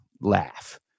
laugh